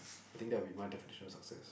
I think that'll be my definition of success